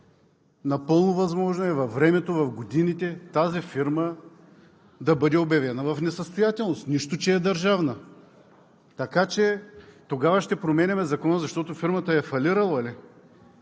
напълно възможно е във времето, в годините, тази фирма да бъде обявена в несъстоятелност, нищо че е държавна. Така че тогава ще променяме закона, защото фирмата е фалирала ли?